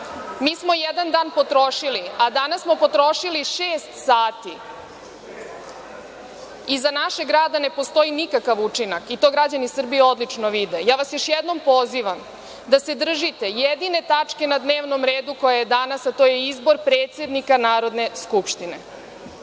Mi smo jedan dan potrošili, a danas smo potrošili šest sati. Iza našeg rada ne postoji nikakav učinak i to građani Srbije odlično vide. Ja vas još jednom pozivam da se držite jedine tačke na dnevnom redu koja je danas, a to je izbor predsednika Narodne skupštine.